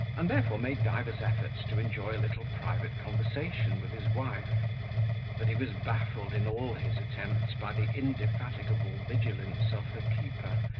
and therefore made divers efforts to enjoy a little private conversation with his wife but he was baffled in all his attempts by the indefatigable vigilance of her keeper,